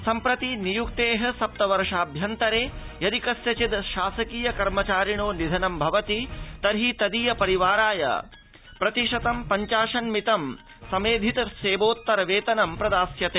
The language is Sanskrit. सम्प्रति नियुक्तेः सप्तवर्षाभ्यन्तरे यदि कस्यचित् शासकीयकर्मचारिणो निधनं भवति तर्हि तदीयपरिवाराय प्रतिशतं पञ्चाशन्मितं समेधित सेवोत्तरवेतन प्रदास्यते